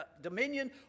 dominion